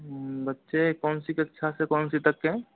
बच्चे कौन सी कक्षा से कौन सी तक के हैं